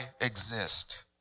exist